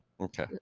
okay